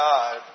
God